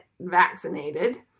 vaccinated